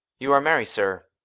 you are merry, sir.